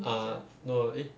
ah no eh